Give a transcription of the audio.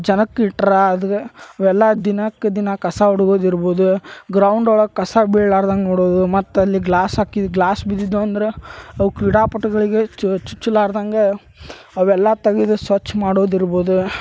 ಜನಕ ಇಟ್ರೆ ಅದ್ಗ್ ಅವೆಲ್ಲ ದಿನಕ್ಕೆ ದಿನ ಕಸ ಒಡ್ಗುದಿರ್ಬೋದು ಗ್ರೌಂಡ್ ಒಳಗೆ ಕಸ ಬೀಳಾರ್ದಂಗ ನೋಡೋದು ಮತ್ತಲ್ಲಿ ಗ್ಲಾಸ್ ಹಾಕಿ ಗ್ಲಾಸ್ ಬಿದ್ದಿದ್ದೀವಂದ್ರೆ ಅವ ಕ್ರೀಡಾಪಟುಗಳಿಗೆ ಚುಚ್ಚುಲಾರ್ದಂಗ ಅವೆಲ್ಲಾ ತೆಗೆದು ಸ್ವಚ್ಛ ಮಾಡೋದಿರ್ಬೋದು